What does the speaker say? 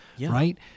right